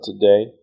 today